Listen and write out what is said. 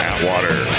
Atwater